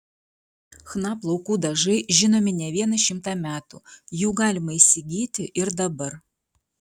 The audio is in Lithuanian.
chna plaukų dažai žinomi ne vieną šimtą metų jų galima įsigyti ir dabar